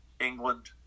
England